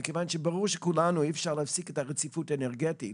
ברור לכולנו שאי אפשר להפסיק את הרציפות האנרגטית